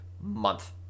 month